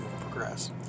progress